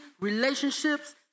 relationships